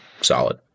solid